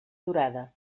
durada